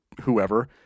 whoever